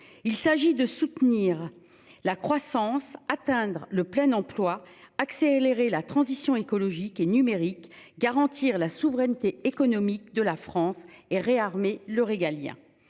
Il s'agit de soutenir la croissance atteindre le plein emploi accélérer la transition écologique et numérique garantir la souveraineté économique de la France et réarmer le régalien.